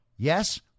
Yes